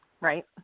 right